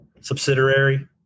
subsidiary